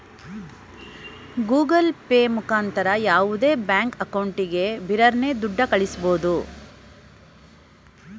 Google Pay ಮುಖಾಂತರ ಯಾವುದೇ bank ಅಕೌಂಟಿಗೆ ಬಿರರ್ನೆ ದುಡ್ಡ ಕಳ್ಳಿಸ್ಬೋದು